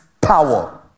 power